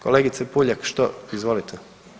Kolegice Puljak što izvolite.